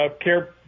care